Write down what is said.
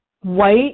white